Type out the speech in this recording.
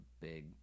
big